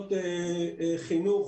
מוסדות חינוך